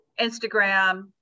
Instagram